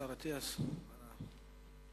השר אריאל אטיאס, בבקשה.